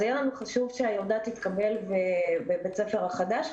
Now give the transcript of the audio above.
היה לנו חשוב שהילדה תתקבל בבית הספר החדש,